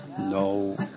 No